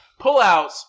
pullouts